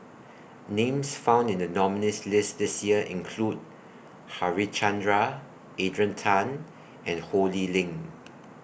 Names found in The nominees' list This Year include Harichandra Adrian Tan and Ho Lee Ling